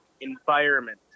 Environment